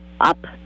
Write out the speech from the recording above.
up